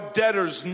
debtors